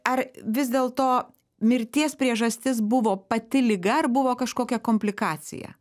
ar vis dėlto mirties priežastis buvo pati liga ar buvo kažkokia komplikacija